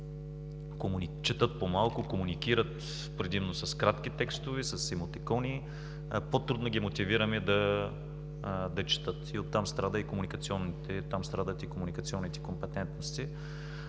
четат по-малко, комуникират предимно с кратки текстове, с емотикони, по-трудно ги мотивираме да четат и оттам страдат и комуникационните компетентности.